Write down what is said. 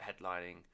headlining